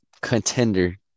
contender